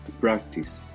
Practice